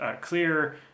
clear